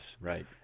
Right